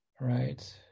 right